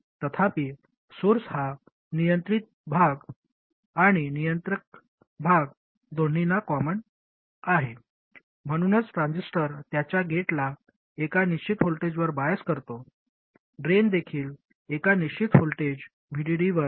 तथापि सोर्स हा नियंत्रक भाग आणि नियंत्रित भाग दोन्हीला कॉमन आहे म्हणूनच ट्रान्झिस्टर त्याच्या गेटला एका निश्चित व्होल्टेजवर बायस करतो ड्रेन देखील एका निश्चित व्होल्टेज VDD वर